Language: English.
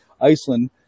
iceland